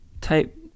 type